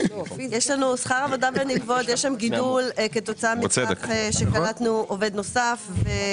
שכר עבודה ונלוות יש שם גידול כתוצאה מכך שקלטנו עובד נוסף.